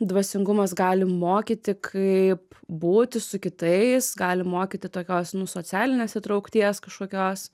dvasingumas gali mokyti kaip būti su kitais gali mokyti tokios socialinės įtraukties kažkokios